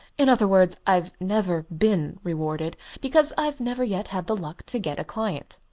in other words, i've never been rewarded, because i've never yet had the luck to get a client.